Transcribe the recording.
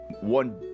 One